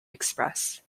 express